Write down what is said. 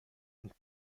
und